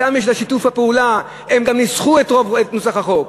אתם יש שיתוף פעולה, הם גם ניסחו את נוסח החוק,